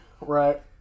Right